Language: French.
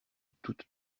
toute